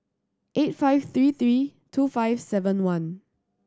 eight five three three two five seven one